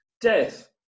death